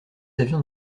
avions